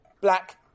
black